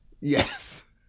Yes